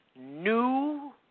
new